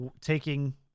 taking